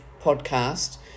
podcast